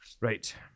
Right